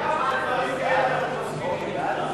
העדפת תוצרת הארץ במכרזי מערכת הביטחון,